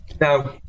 Now